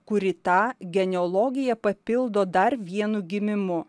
kuri tą geneologiją papildo dar vienu gimimu